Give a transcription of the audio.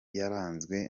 yaranzwe